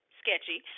sketchy